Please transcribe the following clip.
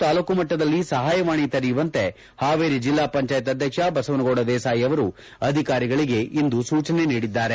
ತಾಲೂಕು ಮಟ್ಟದಲ್ಲಿ ಸಹಾಯವಾಣಿ ತೆರೆಯುವಂತೆ ಹಾವೇರಿ ಜಿಲ್ಲಾ ಪಂಚಾಯತ್ ಅಧ್ಯಕ್ಷ ಬಸವನಗೌದ ದೇಸಾಯಿ ಅವರು ಅಧಿಕಾರಿಗಳಿಗೆ ಇಂದು ಸೂಚನೆ ನೀಡಿದ್ದಾರೆ